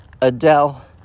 Adele